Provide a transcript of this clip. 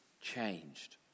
changed